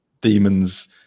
demons